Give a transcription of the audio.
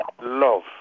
Love